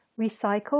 Recycle